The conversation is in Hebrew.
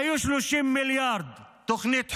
היו 30 מיליארד לתוכנית חומש,